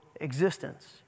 existence